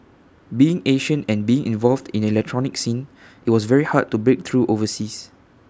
being Asian and being involved in the electronic scene IT was very hard to break through overseas